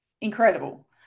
incredible